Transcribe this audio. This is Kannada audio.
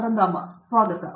ಅರಂದಾಮ ಸಿಂಗ್ ಸ್ವಾಗತ